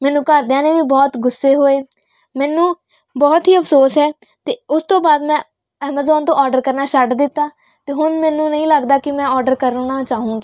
ਮੈਨੂੰ ਘਰਦਿਆਂ ਨੇ ਵੀ ਬਹੁਤ ਗੁੱਸੇ ਹੋਏ ਮੈਨੂੰ ਬਹੁਤ ਹੀ ਅਫ਼ਸੋਸ ਹੈ ਤੇ ਉਸ ਤੋਂ ਬਾਅਦ ਮੈਂ ਐਮਾਜ਼ੋਨ ਤੋਂ ਔਡਰ ਕਰਨਾ ਛੱਡ ਦਿੱਤਾ ਅਤੇ ਹੁਣ ਮੈਨੂੰ ਨਹੀਂ ਲੱਗਦਾ ਕਿ ਮੈਂ ਔਡਰ ਕਰਨਾ ਚਾਹੂੰਗੀ